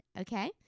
okay